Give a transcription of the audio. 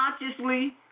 consciously